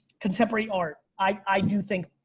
contemporary art. i do think,